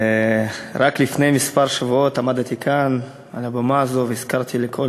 רק לפני כמה שבועות עמדתי כאן על הבמה הזאת והזכרתי לכל